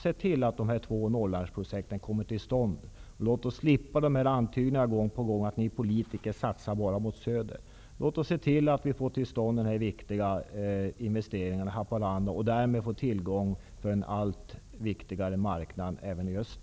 Se till att dessa två Norrlandsprojekt kommer till stånd, så att vi slipper antydningar om att politikerna bara satsar i söder. Låt oss se till att vi får till stånd denna viktiga investering i Haparanda. Därmed får vi också tillgång till en allt viktigare marknad i öst.